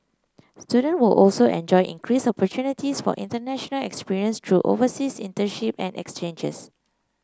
students will also enjoy increased opportunities for international experience through overseas internship and exchanges